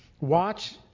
watch